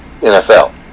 NFL